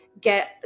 get